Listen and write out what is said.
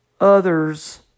others